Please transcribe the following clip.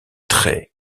très